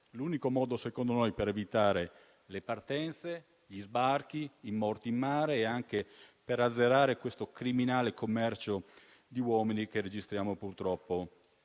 l'unico modo per evitare le partenze, gli sbarchi, i morti in mare, oltre che per azzerare il criminale commercio di uomini che registriamo purtroppo